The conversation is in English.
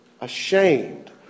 ashamed